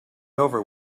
over